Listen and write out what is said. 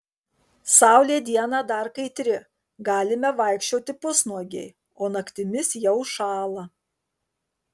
saulė dieną dar kaitri galime vaikščioti pusnuogiai o naktimis jau šąla